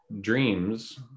dreams